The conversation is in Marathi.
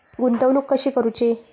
गुंतवणूक कशी करूची?